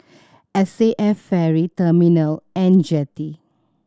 S A F Ferry Terminal And Jetty